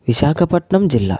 విశాఖపట్నం జిల్లా